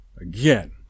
again